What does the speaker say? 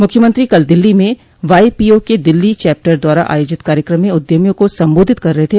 मुख्यमंत्री कल दिल्ली में वाईपीओ के दिल्ली चैप्टर द्वारा आयोजित कार्यक्रम में उद्यमियों को संबोधित कर रहे थे